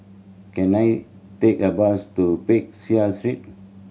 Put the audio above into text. can I take a bus to Peck Seah Street